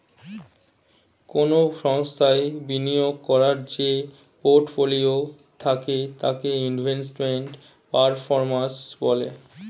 কোন সংস্থায় বিনিয়োগ করার যে পোর্টফোলিও থাকে তাকে ইনভেস্টমেন্ট পারফর্ম্যান্স বলে